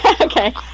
Okay